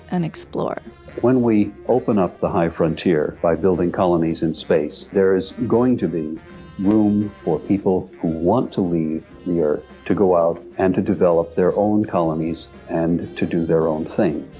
and explore when we open up the high frontier, by building colonies in space, there is going to be room for people who want to leave the earth to go out and to develop their own colonies, and to do their own thing.